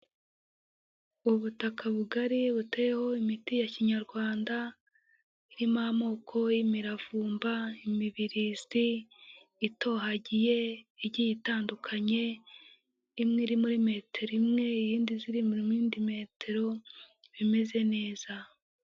Ubutaka bugari buteyeho imiti ya kinyarwanda irimo amoko y'imiravumba, imibirizi itohagiye igiye itandukanye, imwe iri muri metero imwe, iy’indi iri muy’indi metero, bimeze neza.